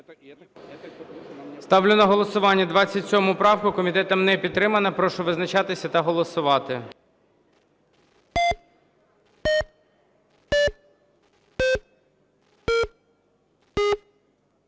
Ставлю на голосування 27 правку. Комітетом не підтримана. Прошу визначатися та голосувати.